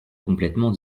complètement